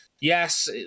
Yes